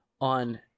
on